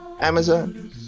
Amazon